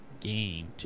Game